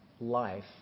life